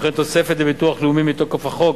וכן תוספת לביטוח לאומי, מתוקף החוק